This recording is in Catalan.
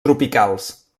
tropicals